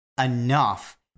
enough